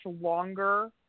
longer